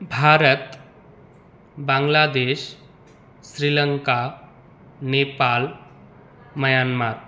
Bharat बाङ्ग्लादेशः Sri Lanka नेपालः मयन्मारः